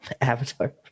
Avatar